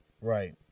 right